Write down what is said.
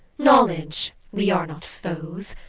knowledge, we are not foes!